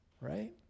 right